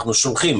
אנחנו שולחים,